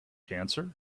cancer